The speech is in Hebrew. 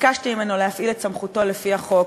ביקשתי ממנו להפעיל את סמכותו לפי החוק.